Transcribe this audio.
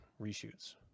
reshoots